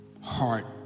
heart